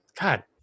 God